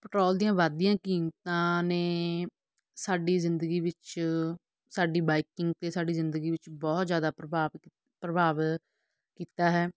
petrol ਦੀਆਂ ਵਧਦੀਆਂ ਕੀਮਤਾਂ ਨੇ ਸਾਡੀ ਜ਼ਿੰਦਗੀ ਵਿੱਚ ਸਾਡੀ ਬਾਈਕਿੰਗ ਅਤੇ ਸਾਡੀ ਜ਼ਿੰਦਗੀ ਵਿੱਚ ਬਹੁਤ ਜ਼ਿਆਦਾ ਪ੍ਰਭਾਵ ਪ੍ਰਭਾਵ ਕੀਤਾ ਹੈ